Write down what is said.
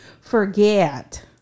forget